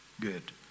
Good